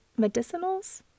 medicinals